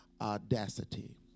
audacity